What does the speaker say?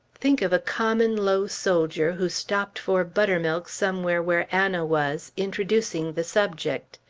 think of a common, low soldier who stopped for buttermilk somewhere where anna was, introducing the subject.